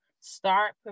start